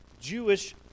Jewish